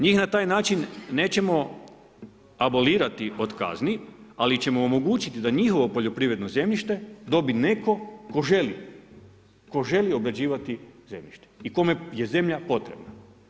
Njih na taj način nećemo abolirati od kazni, ali ćemo omogućiti da njihovo poljoprivredno zemljište dobi netko tko želi obrađivati zemljište i kome je zemlja potrebna.